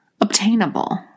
obtainable